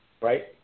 right